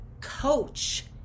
coach